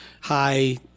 high